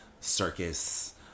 circus